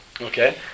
Okay